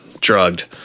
drugged